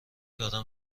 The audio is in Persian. دارم